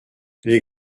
les